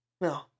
No